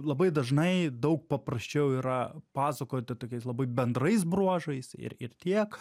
labai dažnai daug paprasčiau yra pasakoti tokias labai bendrais bruožais ir ir tiek